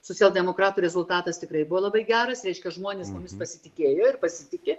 socialdemokratų rezultatas tikrai buvo labai geras reiškia žmonės mumis pasitikėjo ir pasitiki